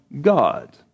God